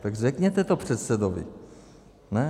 Tak řekněte to předsedovi, ne?